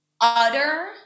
utter